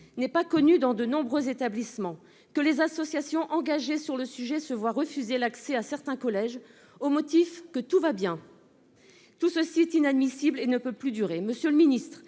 n'est pas connu dans de nombreux établissements. Les associations engagées sur ce sujet se voient refuser l'accès à certains collèges, au motif que tout va bien. Tout cela est inadmissible et ne peut plus durer ! Monsieur le ministre,